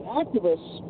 activists